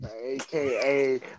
aka